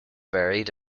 buried